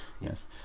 Yes